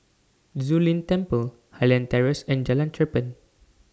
Zu Lin Temple Highland Terrace and Jalan Cherpen